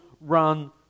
run